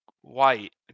white